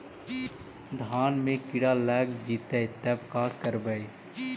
धान मे किड़ा लग जितै तब का करबइ?